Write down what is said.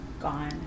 gone